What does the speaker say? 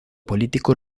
político